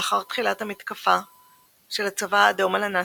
לאחר תחילת המתקפה של הצבא האדום על הנאצים,